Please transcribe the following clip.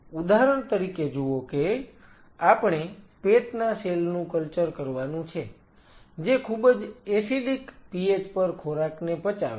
ઉદાહરણ તરીકે જુઓ કે આપણે પેટના સેલ નું કલ્ચર કરવાનું છે જે ખૂબ જ એસિડિક pH પર ખોરાકને પચાવે છે